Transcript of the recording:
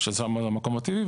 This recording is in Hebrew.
שזה המקום הטבעי.